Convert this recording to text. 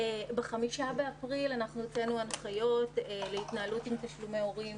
ב-5 באפריל אנחנו הוצאנו הנחיות להתנהלות עם תשלומי הורים